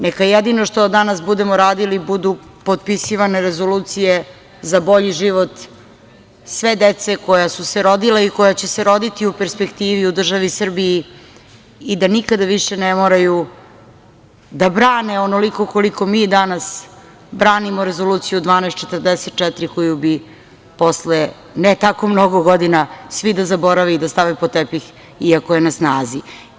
Neka jedino što danas budemo radili budu potpisivane rezolucije za bolji život sve dece koja su se rodila i koja će se roditi u perspektivi u državi Srbiji i da nikada više ne moraju da brane onoliko koliko mi danas branimo Rezoluciju 1244 koju bi posle ne tako mnogo godina svi da zaborave i da stave pod tepih, iako je na snazi.